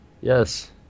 Yes